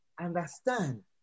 understand